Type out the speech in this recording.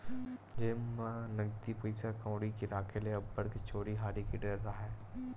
जेब म नकदी पइसा कउड़ी के राखे ले अब्बड़ के चोरी हारी के डर राहय